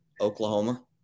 Oklahoma